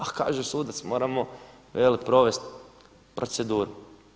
A kaže sudac, moramo provesti proceduru.